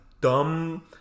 dumb